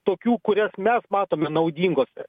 tokių kurias mes matome naudingos